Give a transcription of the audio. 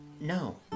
No